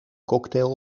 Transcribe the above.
cocktail